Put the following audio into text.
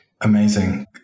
Amazing